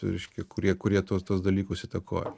reiškia kurie kurie tuos tuos dalykus įtakojo